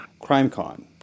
CrimeCon